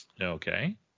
okay